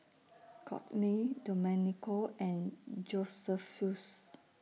Kortney Domenico and Josephus